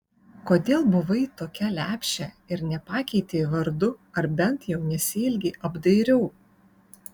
kodėl buvai tokia lepšė ir nepakeitei vardų ar bent jau nesielgei apdairiau